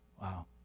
Wow